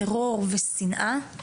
טרור ושנאה,